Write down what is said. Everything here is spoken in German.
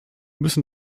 müssen